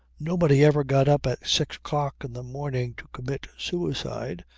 nobody ever got up at six o'clock in the morning to commit suicide,